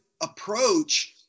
approach